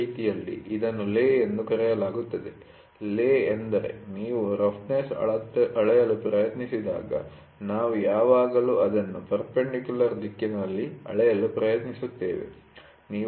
ಈ ರೀತಿಯಲ್ಲಿ ಇದನ್ನು ಲೇ ಎಂದು ಕರೆಯಲಾಗುತ್ತದೆ ಲೇ ಎಂದರೆ ನೀವು ರಫ್ನೆಸ್ ಅಳೆಯಲು ಪ್ರಯತ್ನಿಸಿದಾಗ ನಾವು ಯಾವಾಗಲೂ ಅದನ್ನು ಪರ್ಪೆಂಡಿಕ್ಯುಲಾರ್ ದಿಕ್ಕಿನಲ್ಲಿ ಅಳೆಯಲು ಪ್ರಯತ್ನಿಸುತ್ತೇವೆ